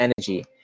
energy